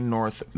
North